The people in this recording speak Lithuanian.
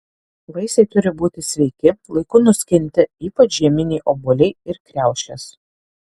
vaisiai turi būti sveiki laiku nuskinti ypač žieminiai obuoliai ir kriaušės